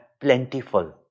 plentiful